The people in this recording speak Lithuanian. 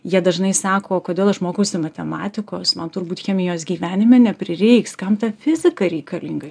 jie dažnai sako kodėl aš mokausi matematikos man turbūt chemijos gyvenime neprireiks kam ta fizika reikalinga